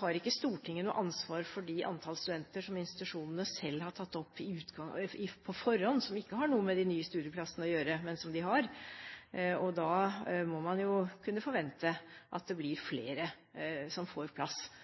– har ikke Stortinget noe ansvar for det antall studenter som institusjonene selv har tatt opp på forhånd, og som ikke har noe med de nye studieplassene å gjøre. Man må jo kunne forvente at det blir flere som får plass,